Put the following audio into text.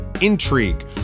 intrigue